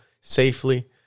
safely